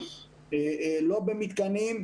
לא במתקנים,